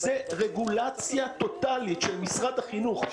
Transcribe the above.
זה רגולציה טוטלית של משרד החינוך.